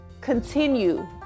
continue